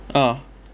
ah